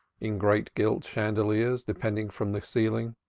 in great gilt chandeliers depending from the ceiling,